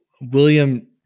William